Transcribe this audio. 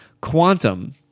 Quantum